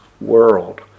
world